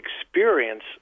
experience